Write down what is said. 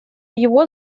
его